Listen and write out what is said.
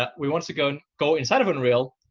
but we want to go go inside of unreal.